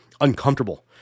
uncomfortable